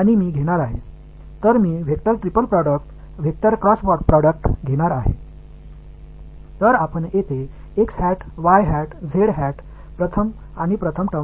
அதைஎழுத முடியும் எனவே நான் vector triple product vector cross ப்ரோடெக்டை எடுக்க போகிறேன்